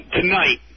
Tonight